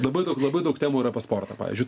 labai daug labai daug temų yra apie sportą pavyzdžiui